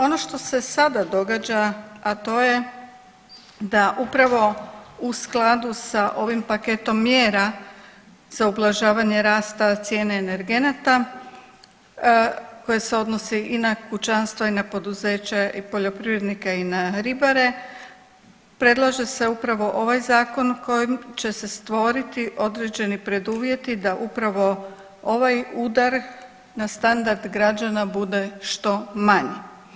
Ono što se sada događa, a to je da upravo u skladu sa ovim paketom mjera za ublažavanje rasta cijene energenata koje se odnosi i na kućanstva i na poduzeća i poljoprivrednika i na ribare predlaže se upravo ovaj zakon kojim će se stvoriti određeni preduvjeti da upravo ovaj udar na standard građana bude što manji.